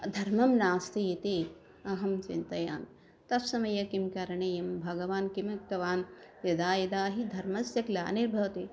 धर्मं नास्ति इति अहं चिन्तयामि तत् समये किं करणीयं भगवान् किम् उक्तवान् यदा यदा हि धर्मस्य ग्लानिर्भवति